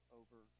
over